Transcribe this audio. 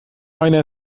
einer